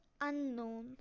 Unknown